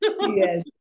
Yes